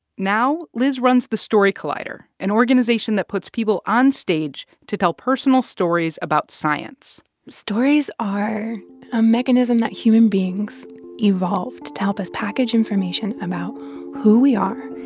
now liz runs the story collider, an organization that puts people onstage to tell personal stories about science stories are a mechanism that human beings evolved to help us package information about who we are,